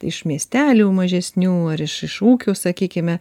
iš miestelių mažesnių ar iš iš ūkių sakykime